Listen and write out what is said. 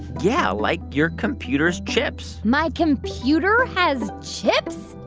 yeah, like your computer's chips my computer has chips?